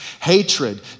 hatred